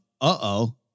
uh-oh